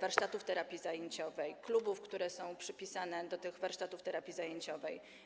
warsztatów terapii zajęciowej, klubów, które są przypisane do tych warsztatów terapii zajęciowej.